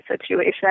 situation